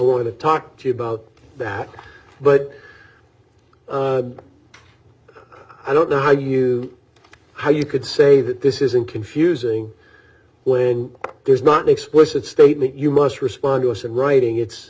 going to talk to you about that but i don't know how you how you could say that this isn't confusing when there's not an explicit statement you must respond to us in writing it's